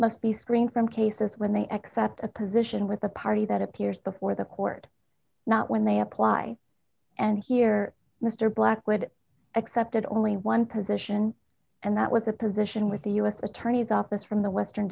must be screened from cases when they accept a position with a party that appears before the court not when they apply and here mr blackwood accepted only one position and that was the position with the u s attorney's office from the western